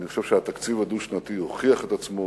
אני חושב שהתקציב הדו-שנתי הוכיח את עצמו